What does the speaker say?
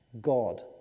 God